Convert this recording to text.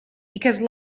because